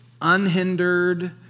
unhindered